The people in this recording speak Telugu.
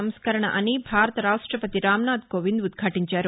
నంస్కరణ అని భారత రాష్టవతి రామ్నాథ్ కోవింద్ ఉద్యాటించారు